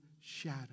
shadow